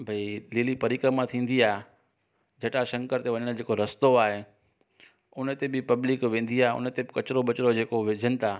भई लिलि परिक्रमा थींदी आहे जटा शंकर जो इन जेको रस्तो आहे उनते बि पब्लिक वेंदी आहे उन ते बि कचिरो वचरो जेको विझनि था